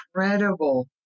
incredible